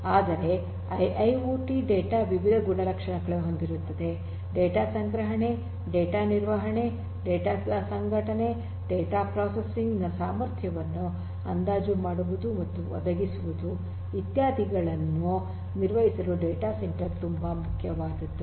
ಆದರೆ IIoT data ವಿವಿಧ ಗುಣಲಕ್ಷಣಗಳನ್ನು ಹೊಂದಿರುತ್ತವೆ ಡೇಟಾ ಸಂಗ್ರಹಣೆ ಡೇಟಾ ನಿರ್ವಹಣೆ ಡೇಟಾ ದ ಸಂಘಟನೆ ಡೇಟಾ ಪ್ರೊಸೆಸಿಂಗ್ ನ ಸಾಮರ್ಥ್ಯವನ್ನು ಅಂದಾಜು ಮಾಡುವುದು ಮತ್ತು ಒದಗಿಸುವುದು ಇತ್ಯಾದಿಗಳನ್ನು ನಿರ್ವಹಿಸಲು ಡೇಟಾ ಸೆಂಟರ್ ತುಂಬಾ ಮುಖ್ಯವಾದದ್ದು